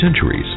centuries